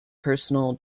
personal